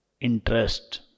interest